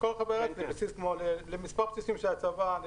מכל רחבי הארץ למספר בסיסים של הצבא,